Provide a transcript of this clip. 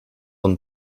een